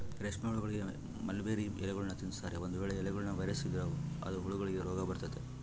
ರೇಷ್ಮೆಹುಳಗಳಿಗೆ ಮಲ್ಬೆರ್ರಿ ಎಲೆಗಳ್ನ ತಿನ್ಸ್ತಾರೆ, ಒಂದು ವೇಳೆ ಎಲೆಗಳ ವೈರಸ್ ಇದ್ರ ಅದು ಹುಳಗಳಿಗೆ ರೋಗಬರತತೆ